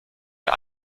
der